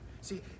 See